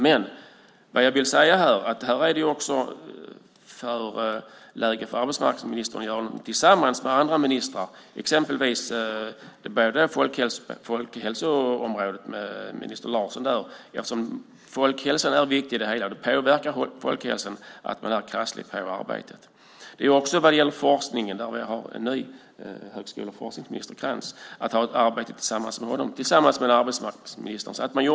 Men det här är ett läge för arbetsmarknadsministern att göra något tillsammans med andra ministrar, exempelvis på folkhälsoområdet med minister Larsson. Folkhälsan är viktig. Det påverkar folkhälsan att man är krasslig på arbetet. Det gäller också - vi har en ny förskole och forskningsminister, Tobias Krantz - att ha ett samarbete med forskningen.